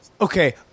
okay